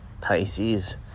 Pisces